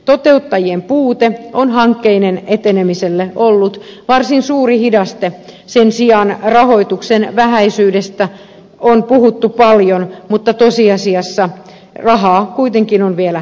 toteuttajien puute on hankkeiden etenemiselle ollut varsin suuri hidaste sen sijaan rahoituksen vähäisyydestä on puhuttu paljon mutta tosiasiassa rahaa kuitenkin on vielä jäljellä